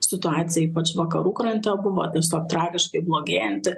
situacija ypač vakarų krante buvo tiesiog tragiškai blogėjanti